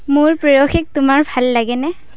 মোৰ প্ৰেয়সীক তোমাৰ ভাল লাগে নে